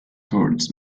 towards